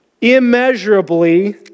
immeasurably